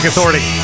Authority